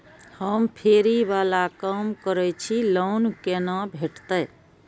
हम फैरी बाला काम करै छी लोन कैना भेटते?